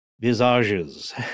visages